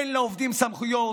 אין לעובדים סמכויות,